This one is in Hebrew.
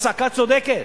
הצעקה צודקת.